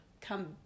come